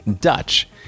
Dutch